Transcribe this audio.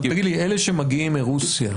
אלה שמגיעים מרוסיה,